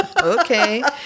okay